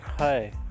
Hi